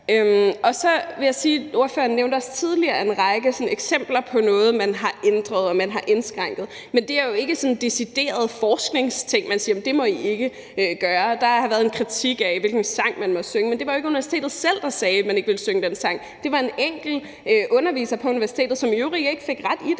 Ordføreren nævnte også tidligere en række eksempler på noget, man har ændret og man har indskrænket, men det er jo ikke deciderede forskningsting, hvor man siger, at det må I ikke gøre. Der har været en kritik af, hvilken sang man måtte synge, men det var jo ikke universitetet selv, der sagde, at man ikke ville synge den sang. Det var en enkelt underviser på universitetet, som i øvrigt ikke fik ret i det.